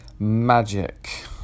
Magic